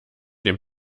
dem